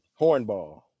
hornball